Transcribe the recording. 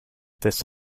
this